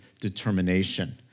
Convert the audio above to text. determination